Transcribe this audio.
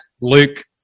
Luke